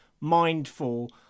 mindful